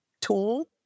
tool